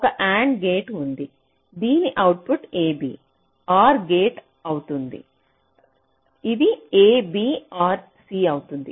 ఒక AND gate ఉంది దీని అవుట్పుట్ ab OR గేట్ అవుతుంది ఇది ab OR c అవుతుంది